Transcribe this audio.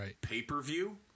pay-per-view